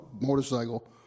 motorcycle